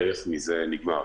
הערך מזה נגמר.